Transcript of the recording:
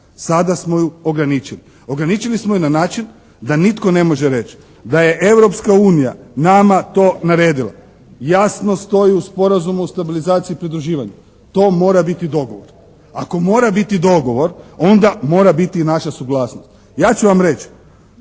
Sada smo ju ograničili. Ograničili smo ju na način da nitko ne može reći da je Europska unija nama to naredila. Jasno stoji u Sporazumu o stabilizaciji i pridruživanju: «To mora biti dogovor.» Ako mora biti dogovor onda mora biti i naša suglasnost. Ja ću vam reći